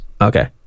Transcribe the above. Okay